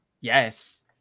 yes